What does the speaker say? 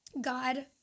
God